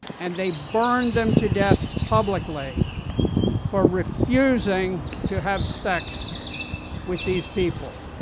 and they burned them to death publicly for refusing to have sex with these people.